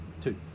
Two